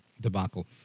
debacle